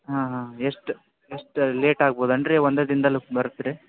ಹಾಂ ಹಾಂ ಎಷ್ಟು ಎಷ್ಟು ಲೇಟ್ ಆಗ್ಬೋದು ಏನು ರೀ ಅಂದ್ರ ಒಂದೇ ದಿನ್ದಲ್ಲಿ ಬರತ್ತಾ ರೀ